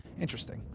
Interesting